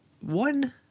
one